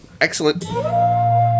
Excellent